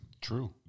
true